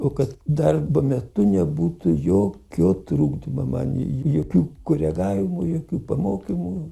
o kad darbo metu nebūtų jokio trukdymo man jokių koregavimų jokių pamokymų